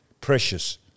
Precious